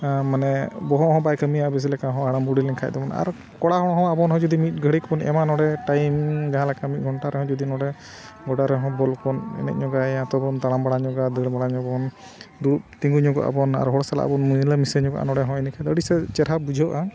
ᱢᱟᱱᱮ ᱵᱚᱦᱚᱜ ᱦᱚᱸ ᱵᱟᱭ ᱠᱟᱹᱢᱤᱭᱟ ᱵᱮᱥ ᱞᱮᱠᱟ ᱦᱚᱸ ᱦᱟᱲᱟᱢ ᱵᱩᱰᱷᱤ ᱞᱮᱱᱠᱷᱟᱱ ᱫᱚᱵᱚᱱ ᱟᱨ ᱠᱚᱲᱟ ᱦᱚᱲ ᱦᱚᱸ ᱟᱵᱚᱱ ᱦᱚᱸ ᱡᱩᱫᱤ ᱢᱤᱫ ᱜᱷᱟᱹᱲᱤᱡ ᱵᱚᱱ ᱮᱢᱟ ᱱᱚᱰᱮ ᱴᱟᱭᱤᱢ ᱡᱟᱦᱟᱸ ᱞᱮᱠᱟ ᱢᱤᱫ ᱜᱷᱚᱱᱴᱟ ᱨᱮᱦᱚᱸ ᱡᱩᱫᱤ ᱱᱚᱰᱮ ᱜᱚᱰᱟ ᱨᱮᱦᱚᱸ ᱵᱚᱞ ᱠᱚᱵᱚᱱ ᱮᱱᱮᱡ ᱧᱚᱜᱟᱭᱟ ᱛᱚᱵᱮ ᱵᱚᱱ ᱛᱟᱲᱟᱢ ᱵᱟᱲᱟ ᱧᱚᱜᱟ ᱫᱟᱹᱲ ᱵᱟᱲᱟ ᱧᱚᱜᱟ ᱵᱚᱱ ᱫᱩᱲᱩᱵ ᱛᱤᱸᱜᱩ ᱧᱚᱜᱚᱜ ᱟᱵᱚᱱ ᱟᱨ ᱦᱚᱲ ᱥᱟᱞᱟᱜ ᱵᱚᱱ ᱢᱤᱞᱟᱹ ᱢᱤᱥᱟᱹ ᱧᱚᱜᱚᱜᱼᱟ ᱱᱚᱸᱰᱮ ᱦᱚᱸ ᱤᱱᱟᱹ ᱠᱷᱟᱱ ᱫᱚ ᱟᱹᱰᱤ ᱥᱮ ᱪᱮᱦᱨᱟ ᱵᱩᱡᱷᱟᱹᱜᱼᱟ